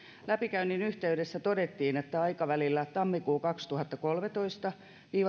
läpikäynnin yhteydessä todettiin että aikavälillä tammikuu kaksituhattakolmetoista